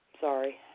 Sorry